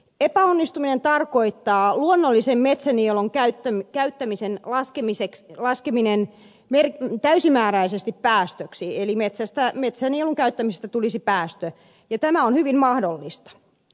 epäonnistumista tarkoittaa että luonnollisen metsänielun käyttäminen lasketaan täysimääräisesti päästöksi eli metsänielun käyttämistä tulisi päästö ja tämä on hyvin mahdollista